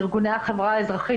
ארגוני החברה האזרחית,